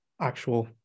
actual